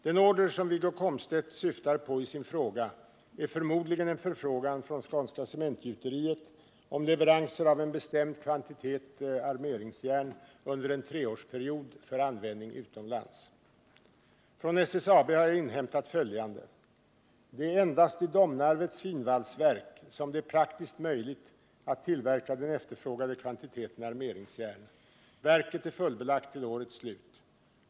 Den order som Wiggo Komstedt syftar på i sin fråga är förmodligen en förfrågan från Skånska Cementgjuteriet om leveranser av en bestämd kvantitet armeringsjärn under en treårsperiod för användning utomlands. Från SSAB har jag inhämtat följande. Det är endast i Domnarvets finvalsverk som det är praktiskt möjligt att tillverka den efterfrågade kvantiteten armeringsjärn. Verket är fullbelagt till årets slut.